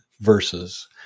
verses